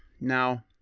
Now